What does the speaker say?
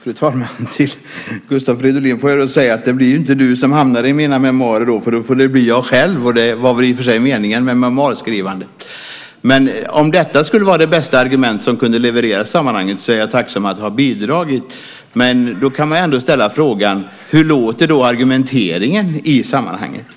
Fru talman! Jag får säga till Gustav Fridolin: Det blir inte du som hamnar i mina memoarer, för det blir jag själv, och det var i och för sig meningen med memoarskrivandet. Om detta skulle vara det bästa argument som kunde levereras i sammanhanget är jag tacksam att ha bidragit. Men man kan ändå ställa frågan: Hur låter argumenteringen i sammanhanget?